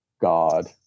God